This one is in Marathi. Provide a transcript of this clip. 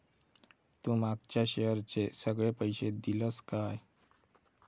तू मागच्या शेअरचे सगळे पैशे दिलंस काय?